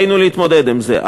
ועלינו להתמודד עם זה.